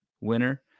winner